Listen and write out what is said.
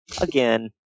again